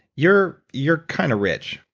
you're you're kind of rich.